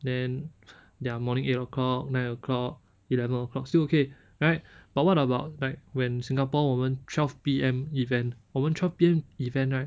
then their morning eight o'clock nine o'clock eleven o'clock still okay right but what about like when singapore 我们 twelve P_M event 我们 twelve P_M event right